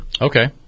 Okay